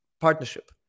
partnership